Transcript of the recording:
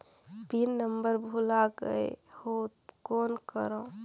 Pin number भुला गयें हो कौन करव?